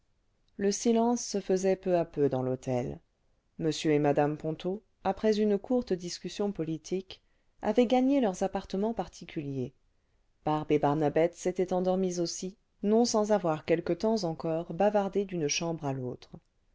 le silence se faisait peu à peu dans l'hôtel m et mmc ponto après une courte discussion politique avaient gagné leurs appartements particuliers barbe et barnabette s'étaient endormies aussi non sans avoir quelque temps encore bavardé d'une chambre à l'autre